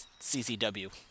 CCW